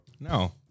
No